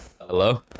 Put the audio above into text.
Hello